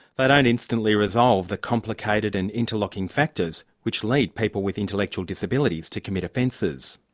but and instantly resolve the complicated and interlocking factors which lead people with intellectual disabilities to commit offences.